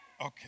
Okay